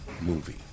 movie